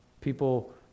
people